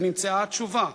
ונמצאה התשובה: